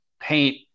paint